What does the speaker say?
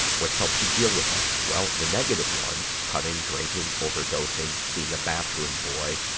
what's helped you deal with them? well, the negative ones cutting, drinking, overdosing, being a bathroom boy,